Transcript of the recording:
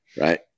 right